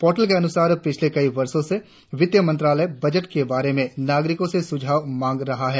portal के अनुसार पिछले कई वर्षो से वित्त मंत्रालय बजट के बारे में नागरिकों से सुझाव मांग रहा है